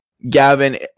Gavin